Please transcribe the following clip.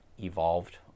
evolved